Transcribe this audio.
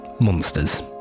monsters